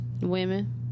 Women